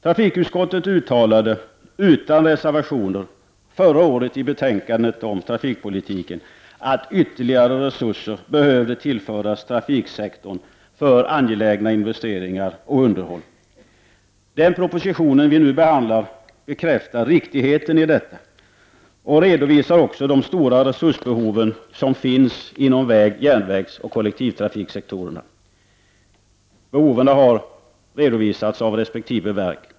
Trafikutskottet uttalade — utan reservationer — förra året i betänkandet om trafikpolitiken att ytterligare resurser behövde tillföras trafiksektorn för angelägna investeringar och underhåll. Den proposition som vi nu behandlar bekräftar riktigheten i detta och redovisar de stora resursbehov som finns inom väg-, järnvägsoch kollektivtrafiksektorerna. Behoven har redovisats av resp. verk.